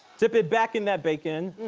dip it back in that bacon.